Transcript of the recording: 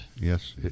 Yes